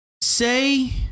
say